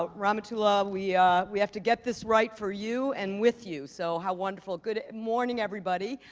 ah rahmatullah. we we have to get this right for you and with you, so how wonderful. good morning, everybody.